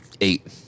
Eight